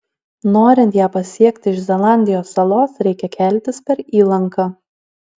norint ją pasiekti iš zelandijos salos reikia keltis per įlanką